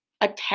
attack